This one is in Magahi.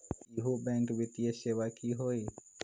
इहु बैंक वित्तीय सेवा की होई?